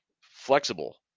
flexible